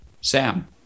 Sam